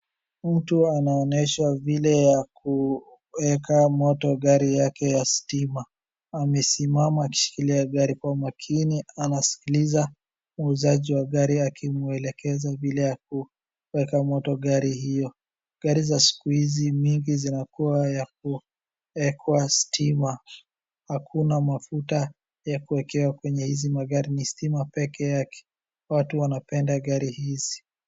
Mtu anaonyeshwa vile ya kuweka moto gari yake ya stima. Amesimama akishikilia gari kwa makini, anaskiza muuzaji wa gari akimwelekeza vile ya kuweka moto gari hiyo. Gari za siku hizi mingi zinakuwa za kuwekwa stima. Hakuna mafuta ya kuwekewa kwenye hizi magari ni stima peke yake. Watu wanapenda gari hizi.